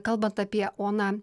kalbant apie oną